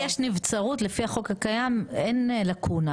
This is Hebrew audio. אם יש נבצרות לפי החוק הקיים אין לקונה,